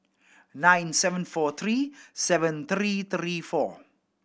nine seven four three seven three three four